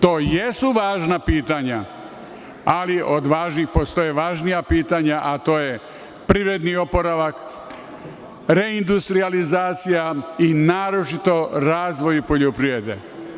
To jesu važna pitanja, ali od važnih postoje i važnija pitanja, a to je privredni oporavak, reindustrijalizacija i naročito razvoj poljoprivrede.